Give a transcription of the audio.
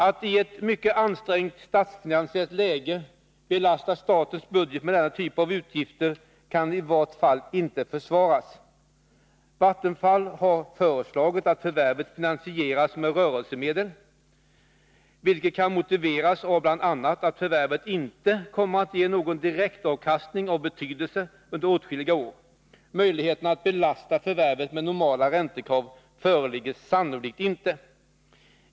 Att i ett mycket ansträngt statsfinansiellt läge belasta statens budget med denna typ av utgifter kan i varje fall inte försvaras. Vattenfall har föreslagit att förvärvet finansieras med rörelsemedel, vilket kan motiveras av bl.a. att förvärvet inte kommer att ge någon direktavkastning av betydelse under åtskilliga år. Möjligheterna att belasta förvärvet med normala räntekrav föreligger sannolikt inte.